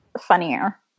funnier